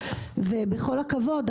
ובכול הכבוד,